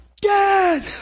dad